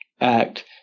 act